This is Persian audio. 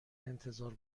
انتظار